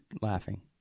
laughing